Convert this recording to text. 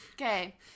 Okay